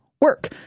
work